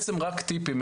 אלא רק טיפים.